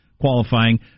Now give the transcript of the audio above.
qualifying